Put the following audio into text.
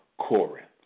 Corinth